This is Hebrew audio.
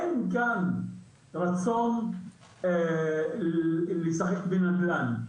אין גם רצון לשחק בנדל"ן.